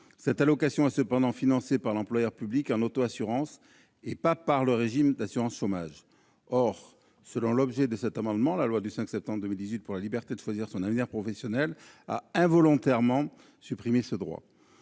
cette allocation est financée par l'employeur public en auto-assurance, et non par le régime d'assurance chômage. Or, selon l'objet de cet amendement, la loi du 5 septembre 2018 pour la liberté de choisir son avenir professionnel a involontairement supprimé ce droit.